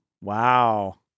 wow